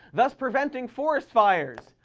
thus preventing forest fires.